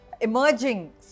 emerging